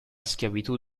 schiavitù